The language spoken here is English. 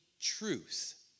truth